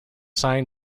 signed